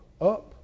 up